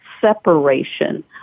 separation